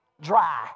Dry